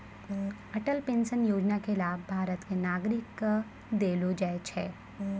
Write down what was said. Atal pension योजना के लाभ भारत के नागरिक क देलो जाय छै